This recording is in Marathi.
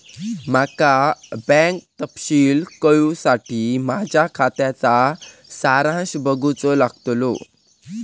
माका बँक तपशील कळूसाठी माझ्या खात्याचा सारांश बघूचो लागतलो